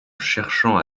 cherchant